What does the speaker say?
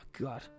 god